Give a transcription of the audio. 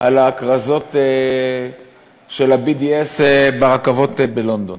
על הכרזות של ה-BDS ברכבות בלונדון.